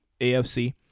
AFC